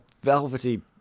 velvety